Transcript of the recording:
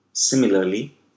Similarly